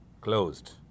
closed